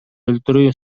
өлтүрүү